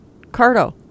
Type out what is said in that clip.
Cardo